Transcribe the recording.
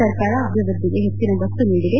ಸರ್ಕಾರ ಅಭಿವೃದ್ದಿಗೆ ಹೆಚ್ಚನ ಒತ್ತು ನೀಡಿದೆ